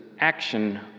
action